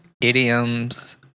idioms